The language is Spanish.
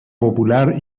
popular